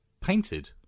painted